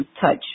touch